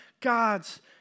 God's